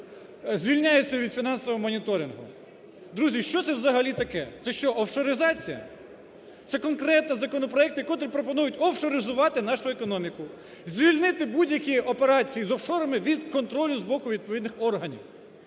звільняються від фінансового моніторингу! Друзі, що це взагалі таке? Це що, офшоризація? Це конкретно законопроекти, котрі пропонують офшоризувати нашу економіку, звільнити будь-які операції з офшорами від контролю з боку відповідних органів!